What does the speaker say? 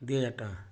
ଦୁଇ ହଜାର ଟଙ୍କା